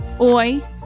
Oi